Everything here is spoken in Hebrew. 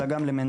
אלא גם למניעה.